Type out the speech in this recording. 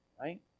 right